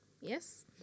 Yes